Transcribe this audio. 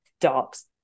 dogs